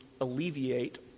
alleviate